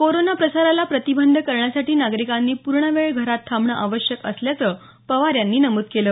corona प्रसाराला प्रतिबंध करण्यासाठी नागरिकांनी पूर्णवेळ घरात थांबणं आवश्यक असल्याचं पवार यांनी नमूद केलं